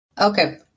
Okay